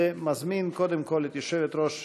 ומזמין קודם כול את יושבת-ראש